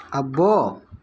అబ్బో